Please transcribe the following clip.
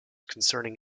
concerning